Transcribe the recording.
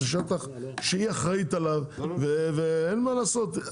זה שטח שהיא אחראית עליו, ואין מה לעשות.